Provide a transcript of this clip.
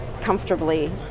comfortably